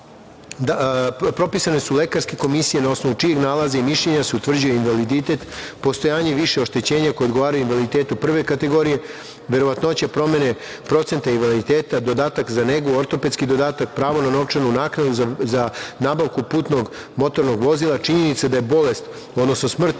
propisane su lekarske komisije na osnovu čijeg nalaza i mišljenja se utvrđuje invaliditet, postojanje više oštećenja koja odgovaraju invaliditetu prve kategorije, verovatnoća promene procenta invaliditeta, dodatak za negu, ortopedski dodatak, pravo na novčanu naknadu za nabavku putnog motornog vozila, činjenica da je bolest, odnosno smrt